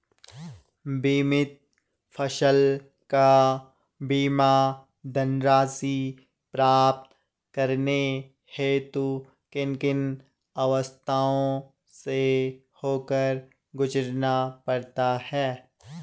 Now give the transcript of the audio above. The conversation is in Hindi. बीमित फसल का बीमा धनराशि प्राप्त करने हेतु किन किन अवस्थाओं से होकर गुजरना पड़ता है?